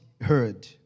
heard